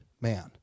man